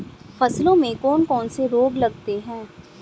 फसलों में कौन कौन से रोग लगते हैं?